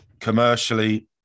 commercially